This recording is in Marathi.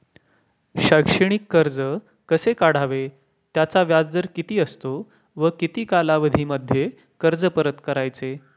शैक्षणिक कर्ज कसे काढावे? त्याचा व्याजदर किती असतो व किती कालावधीमध्ये कर्ज परत करायचे?